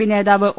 P നേതാവ് O